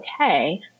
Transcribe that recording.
okay